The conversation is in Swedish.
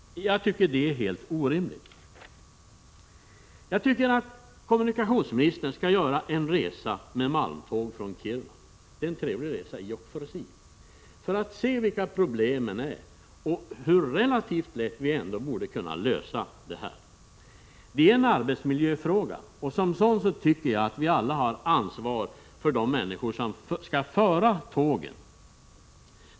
Det är helt orimligt. Jag tycker att kommunikationsministern skall göra en resa med malmtåg från Kiruna — en i och för sig trevlig resa —, så att han får se vilka problemen är och hur relativt enkelt det ändå borde kunna vara att lösa detta. Det här är en arbetsmiljöfråga, och mot den bakgrunden tycker jag att vi alla har ett ansvar för de människor som skall föra tågen.